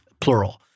plural